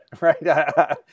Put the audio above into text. Right